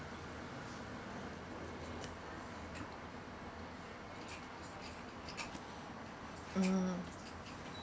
mm